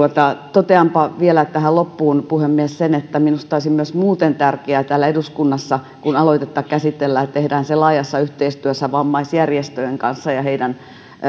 toteanpa vielä tähän loppuun puhemies sen että minusta olisi myös muuten tärkeää täällä eduskunnassa kun aloitetta käsitellään että tehdään se laajassa yhteistyössä vammaisjärjestöjen kanssa ja heidän